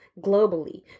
globally